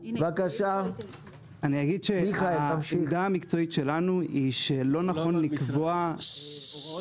אני אגיד שהעמדה המקצועית שלנו היא שלא נכון לקבוע הוראות